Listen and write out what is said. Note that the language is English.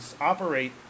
operate